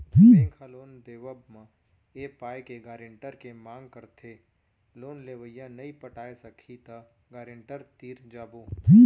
bank ह loan देवब म ए पाय के गारेंटर के मांग करथे लोन लेवइया नइ पटाय सकही त गारेंटर तीर जाबो